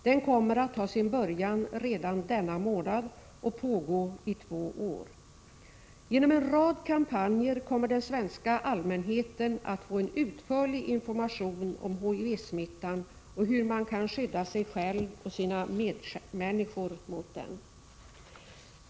Den kommer att ta sin början redan denna månad och pågå i två år. Genom en rad kampanjer kommer den svenska allmänheten att få en utförlig information om HIV-smittan och hur man kan skydda sig själv och sina medmänniskor mot den.